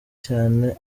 cyane